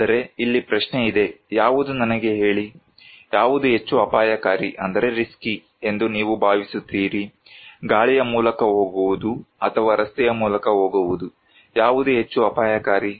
ಆದರೆ ಇಲ್ಲಿ ಪ್ರಶ್ನೆ ಇದೆ ಯಾವುದು ನನಗೆ ಹೇಳಿ ಯಾವುದು ಹೆಚ್ಚು ಅಪಾಯಕಾರಿ ಎಂದು ನೀವು ಭಾವಿಸುತ್ತೀರಿ ಗಾಳಿಯ ಮೂಲಕ ಹೋಗುವುದು ಅಥವಾ ರಸ್ತೆಯ ಮೂಲಕ ಹೋಗುವುದು ಯಾವುದು ಹೆಚ್ಚು ಅಪಾಯಕಾರಿ